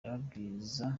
ndababwiza